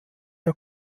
der